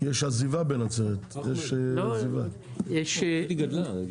בנצרת יש עזיבה, יש עזיבה.